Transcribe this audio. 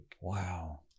wow